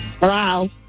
Wow